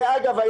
אגב,